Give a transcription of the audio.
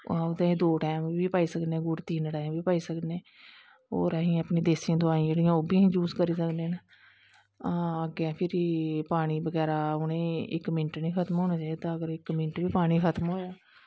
हून ते दो टैम बी पाई सकनें गुड़ ते तिन्न टैम बी पाई सकनें और अस जेह्ड़ियां देस्सी दवाईं न ओह् बी नी यूज़ करी सकनें न और अग्गैं फिर पानी बगैरा इक मिंट नी पानी खत्म होन दित्ता अगर इक मिन्ट बी खत्म होग